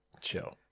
chill